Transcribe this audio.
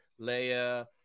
leia